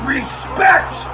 Respect